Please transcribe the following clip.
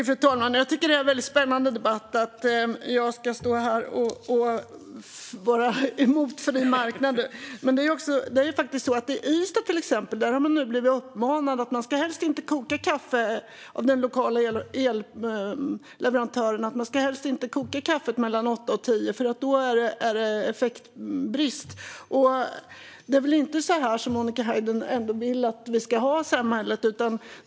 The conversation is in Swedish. Fru talman! Jag tycker att detta är en spännande debatt - jag ska stå här och vara emot en fri marknad. Men nu är det till exempel så att man i Ystad faktiskt har blivit uppmanad av den lokala elleverantören att helst inte koka kaffet mellan åtta och tio, eftersom det då råder effektbrist. Det är väl inte så här Monica Haider vill att vi ska ha det i samhället?